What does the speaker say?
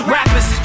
Rappers